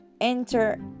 enter